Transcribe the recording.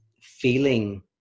feeling